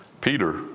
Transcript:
Peter